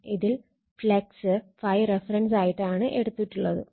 ഇതിൽ flux ∅ reference ആയിട്ടാണ് എടുക്കുന്നത്